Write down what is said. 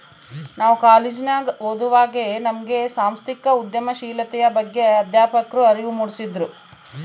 ನಾವು ಕಾಲೇಜಿನಗ ಓದುವಾಗೆ ನಮ್ಗೆ ಸಾಂಸ್ಥಿಕ ಉದ್ಯಮಶೀಲತೆಯ ಬಗ್ಗೆ ಅಧ್ಯಾಪಕ್ರು ಅರಿವು ಮೂಡಿಸಿದ್ರು